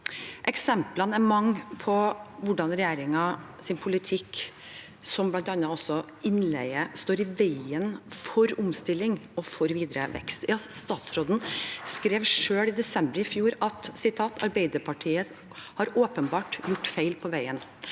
Eksemplene er mange på hvordan regjeringens politikk, bl.a. innen innleie, står i veien for omstilling og videre vekst. Statsråden skrev selv i desember i fjor at Arbeiderpartiet åpenbart har gjort feil på veien.